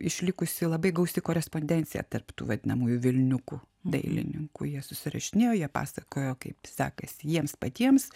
išlikusi labai gausi korespondencija tarp tų vadinamųjų velniukų dailininkų jie susirašinėjo jie pasakojo kaip sekasi jiems patiems